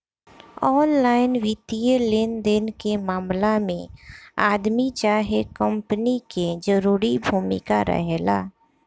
online वित्तीय लेनदेन के मामला में आदमी चाहे कंपनी के जरूरी भूमिका रहेला